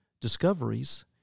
Discoveries